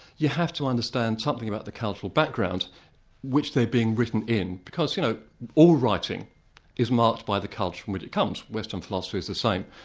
you have to understand something about the cultural background which they're being written in, because you know all writing is marked by the culture from which it comes western philosophy is the same.